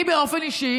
אני באופן אישי